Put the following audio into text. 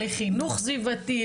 לחינוך סביבתי,